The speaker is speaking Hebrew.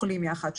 אוכלים יחד,